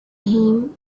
him